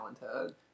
talented